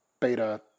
beta